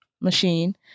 machine